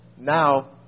now